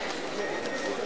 מוקד